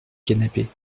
canapé